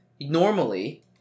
normally